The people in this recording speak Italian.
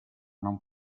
non